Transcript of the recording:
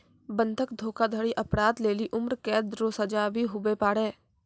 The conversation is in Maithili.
बंधक धोखाधड़ी अपराध लेली उम्रकैद रो सजा भी हुवै पारै